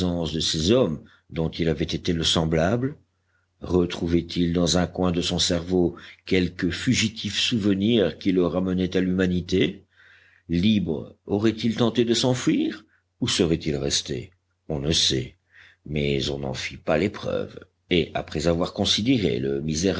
de ces hommes dont il avait été le semblable retrouvait il dans un coin de son cerveau quelque fugitif souvenir qui le ramenait à l'humanité libre aurait-il tenté de s'enfuir où serait-il resté on ne sait mais on n'en fit pas l'épreuve et après avoir considéré le